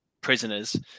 prisoners